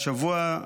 השבוע,